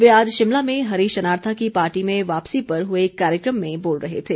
वे आज शिमला में हरीश जनारथा की पार्टी में वापसी पर हुए कार्यक्रम में बोल रहे थे